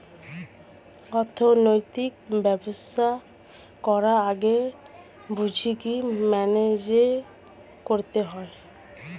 অর্থনৈতিক ব্যবসা করার আগে ঝুঁকি ম্যানেজ করতে হয়